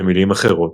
במילים אחרות,